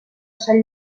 sant